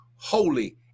holy